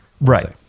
Right